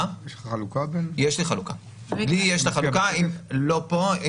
יש לי חלוקה, אבל לא פה.